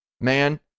man